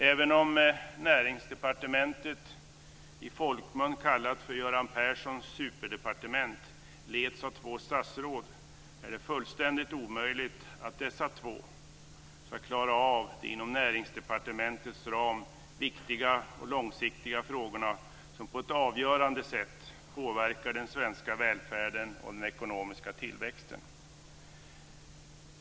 Även om Näringsdepartementet, i folkmun kallat för Göran Perssons superdepartement, leds av två statsråd är det fullständigt omöjligt att dessa två ska klara av de inom Näringsdepartementets ram viktiga och långsiktiga frågor som på ett avgörande sätt påverkar den svenska välfärden och den ekonomiska tillväxten.